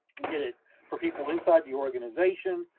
we did it for people inside the organization,